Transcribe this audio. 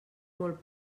molt